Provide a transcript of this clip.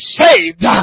saved